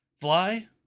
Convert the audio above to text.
Fly